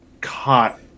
caught